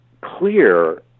clear